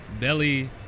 Belly